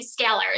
scalars